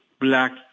Black